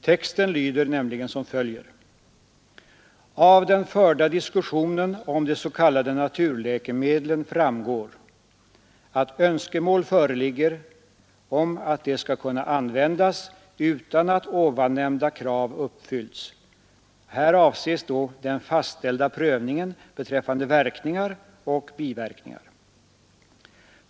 Texten i promemorian lyder som följer: ”Av den förda diskussionen om de s.k. naturläkemedlen framgår att önskemål föreligger om att de skall kunna användas utan att ovannämnda krav uppfyllts.” Här avses den fastställda prövningen beträffande verkningar och biverkningar.